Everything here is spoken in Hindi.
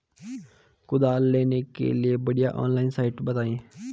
कुदाल लेने के लिए बढ़िया ऑनलाइन साइट बतायें?